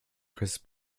chris